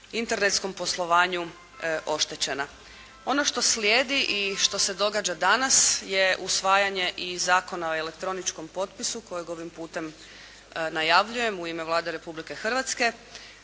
internetskom poslovanju oštećena. Ono što slijedi i što se događa danas je usvajanje i Zakona o elektroničkom potpisu kojeg ovim putem najavljujem u ime Vlade Republike Hrvatske.